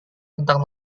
tentang